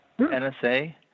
NSA